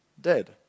dead